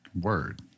Word